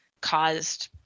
caused